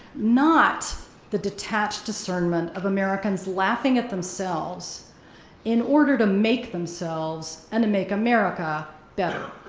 not the detached discernment of americans laughing at themselves in order to make themselves and to make america better.